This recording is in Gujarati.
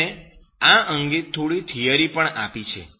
તેમણે આ અંગે થોડી થિયરી પણ આપી છે